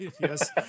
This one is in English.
Yes